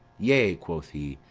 yea, quoth he,